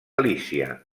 lícia